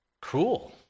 cruel